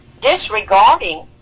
disregarding